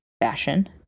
fashion